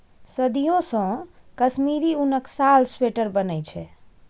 सदियों सँ कश्मीरी उनक साल, स्वेटर बनै छै